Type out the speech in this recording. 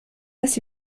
است